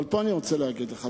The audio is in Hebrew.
אבל אני רוצה להגיד לך,